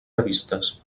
revistes